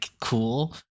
cool